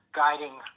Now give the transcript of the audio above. guiding